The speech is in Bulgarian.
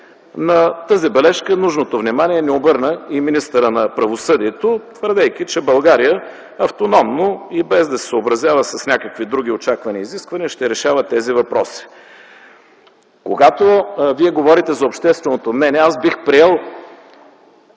На тази бележка нужното внимание ни обърна и министъра на правосъдието, твърдейки, че България, автономно и без да се съобразява с някакви други очаквания и изисквания, ще решава тези въпроси. Когато вие говорите за общественото мнение аз бих приел